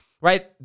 right